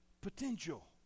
potential